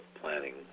planning